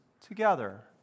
together